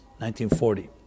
1940